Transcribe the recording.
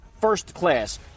FIRSTCLASS